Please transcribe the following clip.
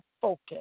focus